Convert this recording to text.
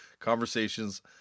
Conversations